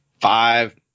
five